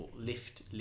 lift